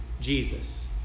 Jesus